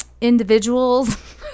individuals